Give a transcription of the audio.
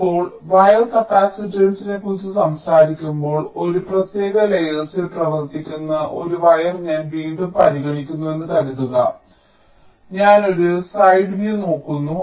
ഇപ്പോൾ വയർ കപ്പാസിറ്റൻസിനെക്കുറിച്ച് സംസാരിക്കുമ്പോൾ ഒരു പ്രത്യേക ലേയേർസിൽ പ്രവർത്തിക്കുന്ന ഒരു വയർ ഞാൻ വീണ്ടും പരിഗണിക്കുന്നുവെന്ന് കരുതുക ഞാൻ ഒരു സൈഡ് വ്യൂ നോക്കുന്നു